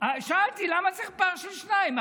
שאלתי למה צריך פער של שניים.